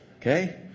Okay